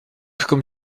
comme